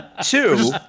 Two